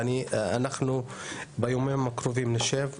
ואנחנו בימים הקרובים נשב,